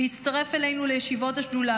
להצטרף אלינו לישיבות השדולה.